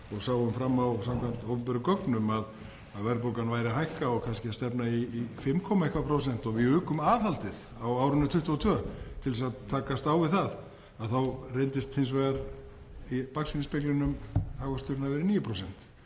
og sáum fram á, samkvæmt opinberum gögnum, að verðbólgan væri að hækka og kannski að stefna í rúm 5% og við jukum aðhaldið á árinu 2022 til að takast á við það. Þá reyndist hins vegar í baksýnisspeglinum hagvöxturinn vera 9%,